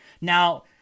Now